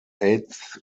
eighth